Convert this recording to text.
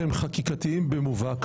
שהם חקיקתיים במובהק.